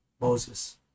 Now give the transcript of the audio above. Moses